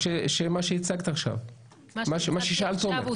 או שזה מה שהצגת עכשיו?